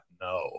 no